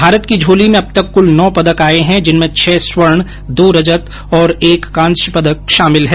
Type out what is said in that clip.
भारत की झोली में अब तक कुल नौ पदक आए हैं जिनमें छह स्वर्ण दो रजत और एक कांस्य पदक शामिल हैं